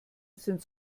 sind